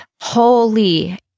holy